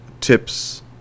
tips